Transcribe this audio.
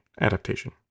adaptation